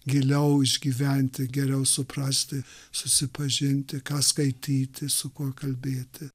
giliau išgyventi geriau suprasti susipažinti ką skaityti su kuo kalbėti